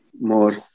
more